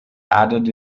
added